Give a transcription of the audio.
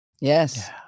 Yes